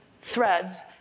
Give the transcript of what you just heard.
threads